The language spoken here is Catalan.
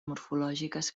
morfològiques